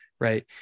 right